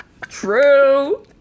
True